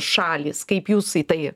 šalys kaip jūs į tai